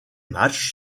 matchs